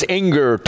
anger